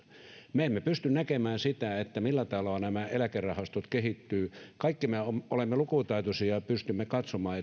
me emme pysty näkemään sitä millä tavalla nämä eläkerahastot kehittyvät kaikki me olemme olemme lukutaitoisia ja pystymme katsomaan